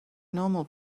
normal